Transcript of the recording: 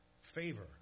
favor